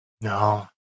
No